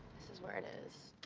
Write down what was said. this is where it is.